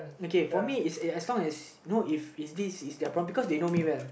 okay for me is it as long as you know if is this is their problem because they know me well